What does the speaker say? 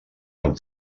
amb